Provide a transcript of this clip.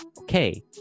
okay